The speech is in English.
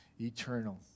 eternal